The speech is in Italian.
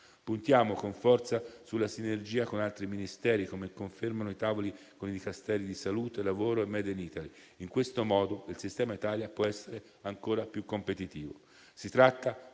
Puntiamo con forza sulla sinergia con altri Ministeri, come confermano i tavoli con i Dicasteri di salute, lavoro e *made in Italy*. In questo modo il sistema Italia può essere ancora più competitivo.